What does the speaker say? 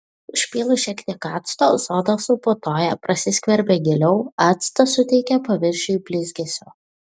užpylus šiek tiek acto soda suputoja prasiskverbia giliau actas suteikia paviršiui blizgesio